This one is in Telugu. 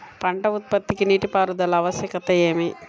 పంట ఉత్పత్తికి నీటిపారుదల ఆవశ్యకత ఏమి?